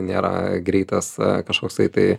nėra greitas kažkoksai tai